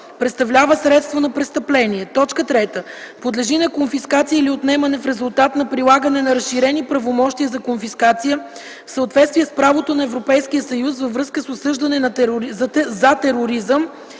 представлява средство на престъпление; 3. подлежи на конфискация или отнемане в резултат на прилагане на разширени правомощия за конфискация в съответствие с правото на Европейския съюз във връзка с осъждане за тероризъм